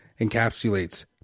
encapsulates